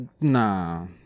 Nah